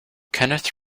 kenneth